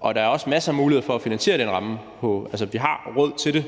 og der er også masser af muligheder for at finansiere den ramme. Vi har råd til det.